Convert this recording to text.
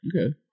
Okay